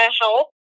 help